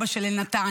אבא של אבינתן,